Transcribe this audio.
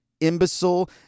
imbecile